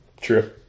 True